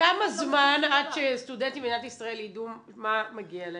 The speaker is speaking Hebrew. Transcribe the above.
כמה זמן עד שסטודנטים במדינת ישראל ידעו מה מגיע להם?